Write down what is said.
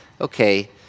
okay